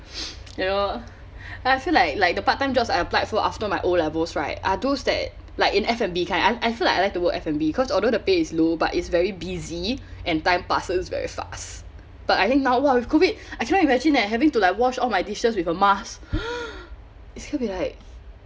you know and I feel like like the part time jobs I applied for after my O levels right are those that like in F&B kind I I feel like I like to work F&B cause although the pay is low but it's very busy and time passes very fast but I think now !wah! with COVID I cannot imagine eh having to like wash all my dishes with a mask it's going to be like